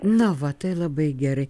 na va tai labai gerai